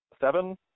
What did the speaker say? seven